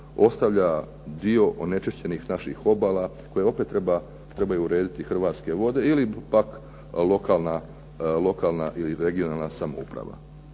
ostavlja dio onečišćenih naših obala, koje opet trebaju urediti Hrvatske vode ili pak lokalna ili regionalna samouprava.